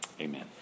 Amen